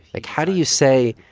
like, how do you say,